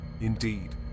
indeed